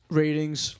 ratings